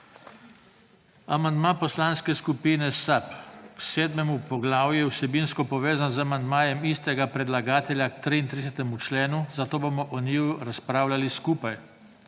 Amandma Poslanske skupine SAB k 7. poglavju je vsebinsko povezan z amandmajem istega predlagatelja k 33. členu, zato bomo o njiju razpravljali skupaj.